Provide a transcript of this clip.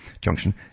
junction